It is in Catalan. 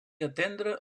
atendre